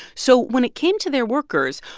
so when it came to their workers,